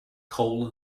coal